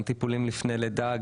גם טיפולים לפני לידה,